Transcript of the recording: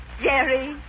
Jerry